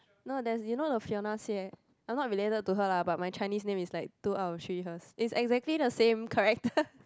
no there's you know the Fiona-Xie I'm not related to her lah but my Chinese name is like two out of three hers is exactly the same character